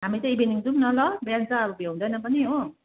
हामी त इभिनिङ जाऔँ न ल बिहान त अब भ्याउँदैन पनि हो